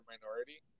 minority